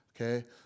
Okay